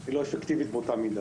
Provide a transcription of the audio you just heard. היא לא אפקטיבית באותה מידה.